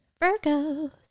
Virgos